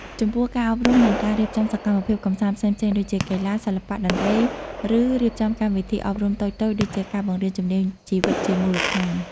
ចំពោះការអប់រំនិងការរៀបចំសកម្មភាពកម្សាន្តផ្សេងៗដូចជា កីឡា សិល្បៈ តន្ត្រី ឬរៀបចំកម្មវិធីអប់រំតូចៗដូចជា ការបង្រៀនជំនាញជីវិតជាមូលដ្ឋាន ។